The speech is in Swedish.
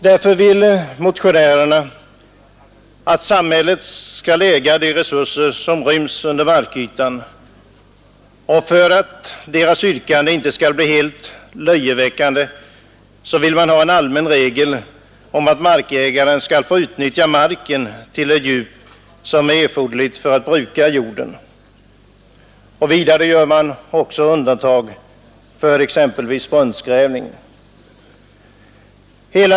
Därför vill motionärerna att samhället skall äga de resurser som ryms under markytan, och för att deras yrkande inte skall bli helt löjeväckande vill de ha en allmän regel om att markägaren skall få utnyttja marken till det djup som är erforderligt för att bruka jorden. Vidare gör de undantag för exempelvis brunnsgrävning.